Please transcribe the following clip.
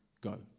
go